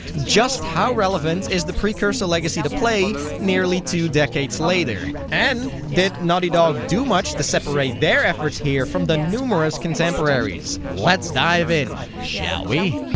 just how relevant is the precursor legacy to play nearly two decades later? and did naughty dog do much to separate their efforts here from the numerous contemporaries? let's dive in, shall we?